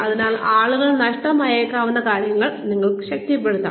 അതിനാൽ ആളുകൾക്ക് നഷ്ടമായേക്കാവുന്ന കാര്യങ്ങൾ നിങ്ങൾക്ക് ശക്തിപ്പെടുത്താം